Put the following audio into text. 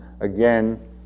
Again